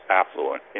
affluent